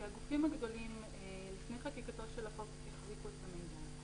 כי הגופים הגדולים לפני חקיקתו של החוק החזיקו את המידע.